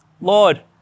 Lord